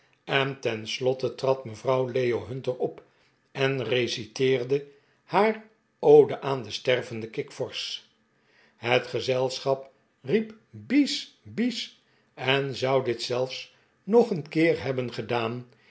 en tenslotte trad mevrouw leo hunter op en reciteerde haar ode aan een stervenden kikvorsch het gezelschap riep bis bis en zou dit zelfs nog een keer hebben gedaan